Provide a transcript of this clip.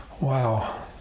wow